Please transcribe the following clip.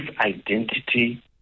identity